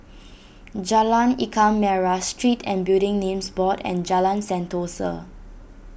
Jalan Ikan Merah Street and Building Names Board and Jalan Sentosa